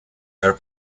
her